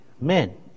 men